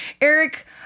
Eric